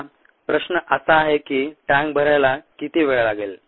आता प्रश्न असा आहे की टँक भरायला किती वेळ लागेल